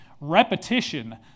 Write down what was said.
repetition